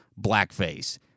blackface